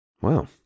Wow